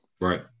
Right